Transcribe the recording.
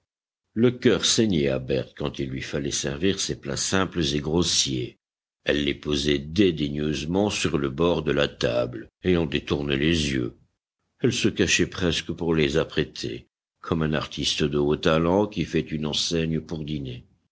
le cœur saignait à berthe quand il lui fallait servir ces plats simples et grossiers elle les